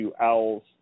Owls